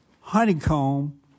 honeycomb